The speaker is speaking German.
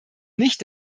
nicht